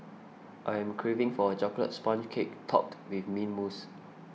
I am craving for a Chocolate Sponge Cake Topped with Mint Mousse